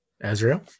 Azrael